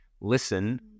listen